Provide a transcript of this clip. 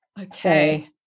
Okay